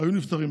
היו נפטרים.